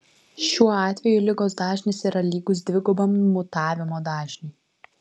šiuo atveju ligos dažnis yra lygus dvigubam mutavimo dažniui